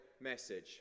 message